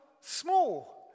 small